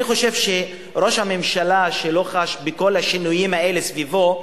אני חושב שראש הממשלה לא חש בכל השינויים האלה סביבו,